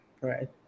right